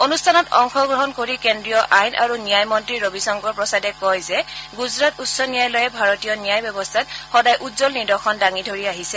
অনুষ্ঠানত অংশগ্ৰহণ কৰি কেজ্ৰীয় আইন আৰু ন্যায় মন্ত্ৰী ৰবিশংকৰ প্ৰসাদে কয় যে গুজৰাট উচ্চ ন্যায়ালয়ে ভাৰতীয় ন্যায় ব্যৱস্থাত সদায় উজ্বল নিদৰ্শন দাঙি ধৰি আহিছে